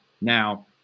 now